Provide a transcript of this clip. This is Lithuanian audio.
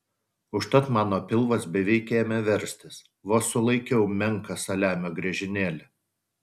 užtat mano pilvas beveik ėmė verstis vos sulaikiau menką saliamio griežinėlį